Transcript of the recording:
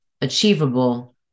achievable